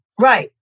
Right